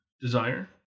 desire